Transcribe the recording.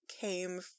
came